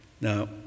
Now